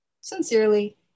Sincerely